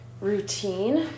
routine